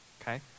Okay